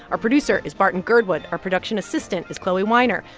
our producer is barton girdwood. our production assistant is chloe weiner.